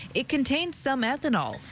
it contains some ethanol,